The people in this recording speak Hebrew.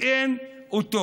הוא איננו.